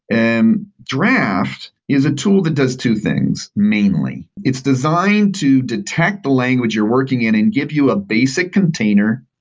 and draft is a tool that does two things mainly. it's designed to detect the language you're working in and give you a basic container,